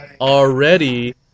already